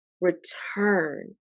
return